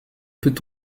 peut